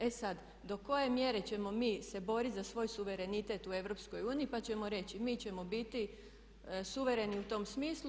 E sad do koje mjere ćemo mi se boriti za svoj suverenitet u EU, pa ćemo reći, mi ćemo biti suvereni u tom smislu.